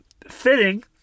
Fitting